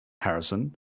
Harrison